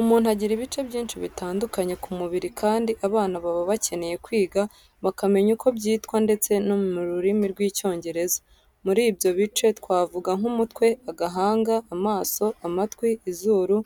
Umuntu agira ibice byinshi bitandukanye ku mubiri kandi abana baba bakeneye kwiga bakamenya uko byitwa ndetse no mu rurimi rw'Icyongereza. Muri ibyo bice twavuga nk'umutwe, agahanga, amaso, amatwi, izuru,